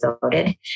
voted